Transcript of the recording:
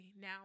now